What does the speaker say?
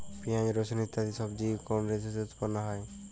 পিঁয়াজ রসুন ইত্যাদি সবজি কোন ঋতুতে উৎপন্ন হয়?